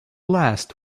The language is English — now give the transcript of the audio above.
last